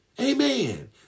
Amen